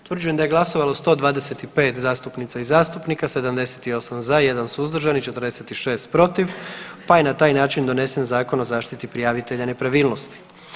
Utvrđujem da je glasovalo 125 zastupnica i zastupnika, 78 za, 1 suzdržan i 46 protiv pa je na taj način donesen Zakon o zaštiti prijavitelja nepravilnosti.